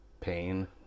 pain